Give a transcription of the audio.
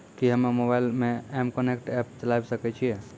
कि हम्मे मोबाइल मे एम कनेक्ट एप्प चलाबय सकै छियै?